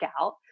out